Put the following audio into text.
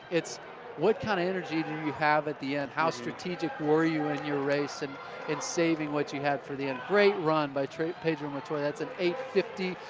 it's what kind of energy do you have at the end, how strategic were you in your race and in saving what you had for the end. great run by pedro montoya. that's an eight fifty.